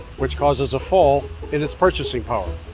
which causes a fall in its purchasing power.